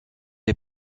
les